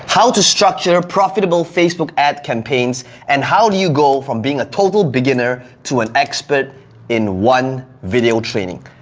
how to structure profitable facebook ad campaigns and how do you go from being a total beginner to an expert in one video training?